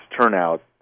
turnout